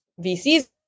VCs